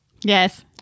Yes